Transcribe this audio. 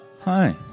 hi